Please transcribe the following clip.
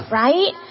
right